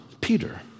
Peter